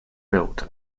built